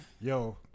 Yo